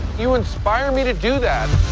you inspire me to do that